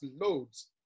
loads